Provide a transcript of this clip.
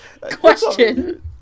Question